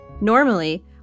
Normally